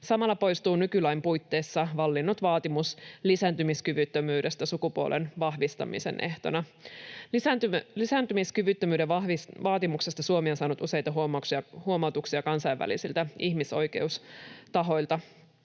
Samalla poistuu nykylain puitteissa vallinnut vaatimus lisääntymiskyvyttömyydestä sukupuolen vahvistamisen ehtona. Lisääntymiskyvyttömyyden vaatimuksesta Suomi on saanut useita huomautuksia kansainvälisiltä ihmisoikeustahoilta.